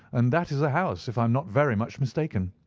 and that is the house, if i am not very much mistaken.